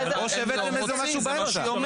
או שהבאתם משהו באמצע?